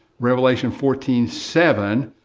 revelation, fourteen seven,